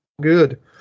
good